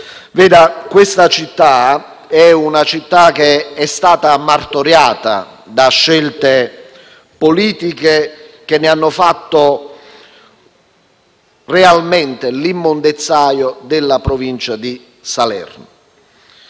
una città che è stata martoriata da scelte politiche che ne hanno fatto realmente l'immondezzaio della Provincia di Salerno.